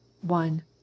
one